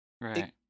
right